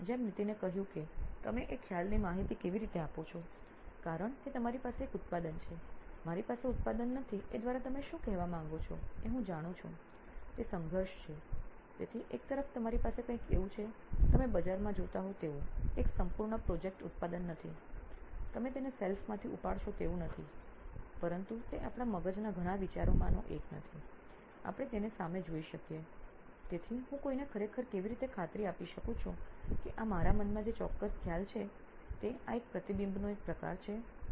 અને જેમ નીતિને કહ્યું કે તમે એ ખ્યાલ ની માહિતી કેવી રીતે આપો છો કારણ કે તમારી પાસે એક ઉત્પાદન છે મારી પાસે ઉત્પાદન નથી એ દ્વારા તમે શું કહેવા માગો છો એ હું જાણું છું તે સંઘર્ષ છે તેથી એક તરફ તમારી પાસે કંઈક એવું છે તમે બજારમાં જોતા હો તેવું એક સંપૂર્ણ પ્રોજેકટ ઉત્પાદન નથી તમે તેને શેલ્ફમાંથી ઉપાડશો તેવું નથી પરંતુ તે આપણા મગજમાં ના ઘણા વિચારોમાંનો એક નથી આપણે તેને સામે જોઈ શકીએ તેથી હું કોઈને ખરેખર કેવી રીતે ખાતરી આપી શકું છું કે આ મારા મનમાં જે ચોક્કસ ખ્યાલ છે તે આ એક પ્રતિબિંબનું એક પ્રકાર છે